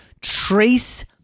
Trace